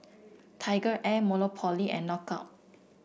TigerAir Monopoly and Knockout